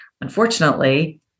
unfortunately